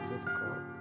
difficult